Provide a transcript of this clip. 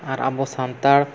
ᱟᱨ ᱟᱵᱚ ᱥᱟᱱᱛᱟᱲ